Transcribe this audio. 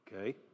Okay